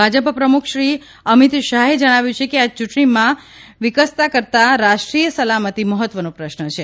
ભાજપ પ્રમુખશ્રી અમીત શાહે જણાવ્યું કે આ ચૂંટણીમાં વિરકાસ કરતાં રાષ્ટ્રીય સલામતિ મહત્વનો પ્રશ્ન છે